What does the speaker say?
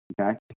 okay